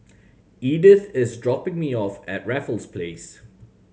Edith is dropping me off at Raffles Place